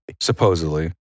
Supposedly